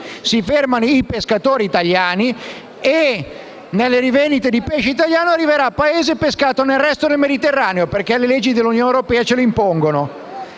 si fermano i pescatori italiani e nelle rivendite di pesce italiane arriverà il pesce pescato nel resto del Mediterraneo, perché le leggi dell'Unione europea ce lo impongono.